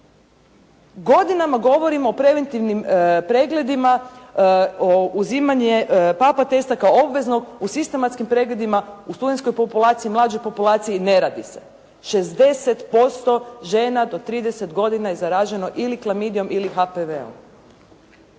Godinama govorimo o preventivnim pregledima, o uzimanje papa teste kao obveznom u sistematskim pregledima u studenskoj populaciji, mlađoj populaciji, ne radi se. 60% žena do 30 godina je zaraženo ili klamidijom ili HPV-om.